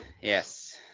Yes